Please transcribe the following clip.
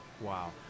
Wow